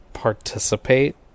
participate